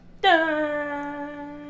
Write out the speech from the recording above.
dun